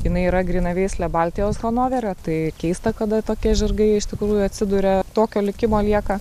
jinai yra grynaveislė baltijos hanoverio tai keista kada tokie žirgai iš tikrųjų atsiduria tokio likimo lieka